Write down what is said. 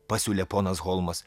pasiūlė ponas holmas